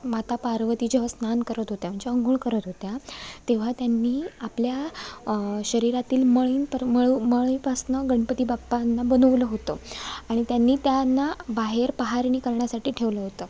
माता पार्वती जेव्हा स्नान करत होत्या म्हणजे अंघोळ करत होत्या तेव्हा त्यांनी आपल्या शरीरातील मळापर मळ मळापासनं गणपती बाप्पांना बनवलं होतं आणि त्यांनी त्यांना बाहेर पहारणी करण्यासाठी ठेवलं होतं